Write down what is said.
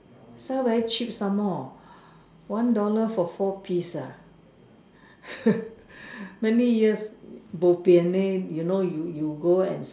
sell very cheap some more one dollar for four piece ah many years bo pian leh you know you you go and